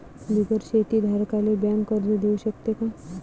बिगर शेती धारकाले बँक कर्ज देऊ शकते का?